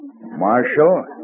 Marshal